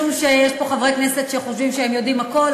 משום שיש פה חברי כנסת שחושבים שהם יודעים הכול,